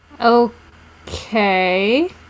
Okay